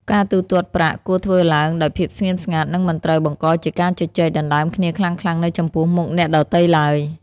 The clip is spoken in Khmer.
ការទូទាត់ប្រាក់គួរធ្វើឡើងដោយភាពស្ងៀមស្ងាត់ និងមិនត្រូវបង្កជាការជជែកដណ្ដើមគ្នាខ្លាំងៗនៅចំពោះមុខអ្នកដទៃឡើយ។